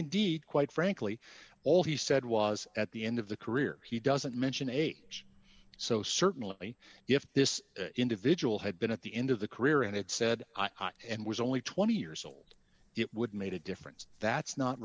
indeed quite frankly all he said was at the end of the career he doesn't mention age so certainly if this individual had been at the end of the career and it said and was only twenty years old it would made a difference that's not